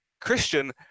Christian